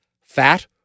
fat